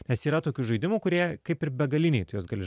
nes yra tokių žaidimų kurie kaip ir begaliniai tu jos gali